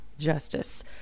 Justice